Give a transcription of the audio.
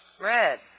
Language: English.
Red